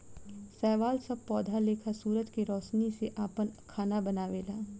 शैवाल सब पौधा लेखा सूरज के रौशनी से आपन खाना बनावेला